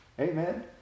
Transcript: Amen